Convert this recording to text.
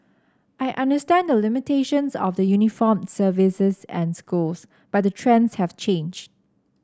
I understand the limitations of the uniformed services and schools but the trends have changed